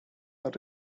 are